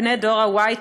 בני דור ה-y,